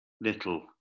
little